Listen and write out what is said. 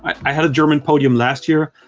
i had a german podium last year,